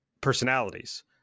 personalities